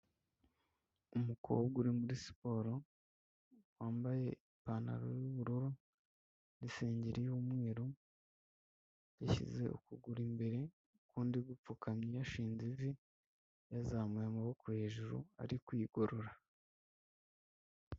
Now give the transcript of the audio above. Umukobwa uri muri siporo wambaye ipantaro yubururu n'isengeri y'umweru yashyize ukuguru imbere k'undi gupfukamye yashinze ivi yazamuye amaboko hejuru ari kwigorora.